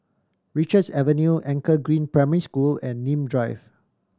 Richards Avenue Anchor Green Primary School and Nim Drive